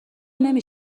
نمی